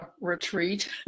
retreat